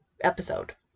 episode